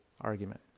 argument